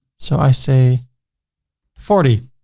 so i say forty,